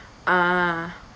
ah